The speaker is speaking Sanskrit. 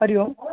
हरिः ओं